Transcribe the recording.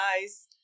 nice